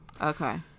Okay